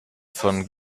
von